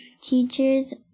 teachers